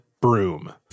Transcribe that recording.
broom